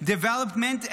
development,